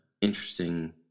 interesting